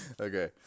Okay